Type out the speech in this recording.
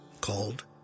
called